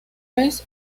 vez